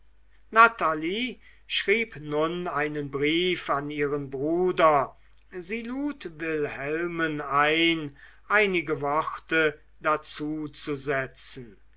natalie schrieb nun einen brief an ihren bruder sie lud wilhelmen ein einige worte dazuzusetzen